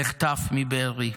נחטף מבארי,